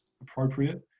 appropriate